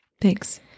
Thanks